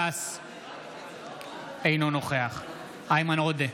אינו נוכח איימן עודה,